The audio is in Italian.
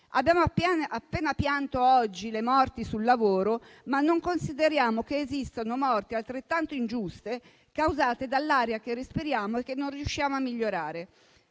Abbiamo appena pianto le morti sul lavoro oggi, ma non consideriamo che esistono morti altrettanto ingiuste causate dall'aria che respiriamo e che non riusciamo a migliorare.